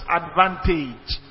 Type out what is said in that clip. advantage